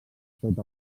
tot